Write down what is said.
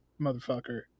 motherfucker